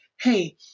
Hey